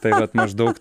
tai vat maždaug